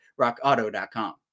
Rockauto.com